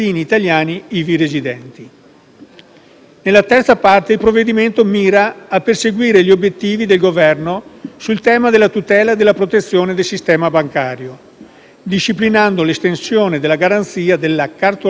Nella terza parte il provvedimento mira a perseguire gli obiettivi del Governo sul tema della tutela e della protezione del sistema bancario, disciplinando l'estensione della garanzia sulla cartolarizzazione delle sofferenze.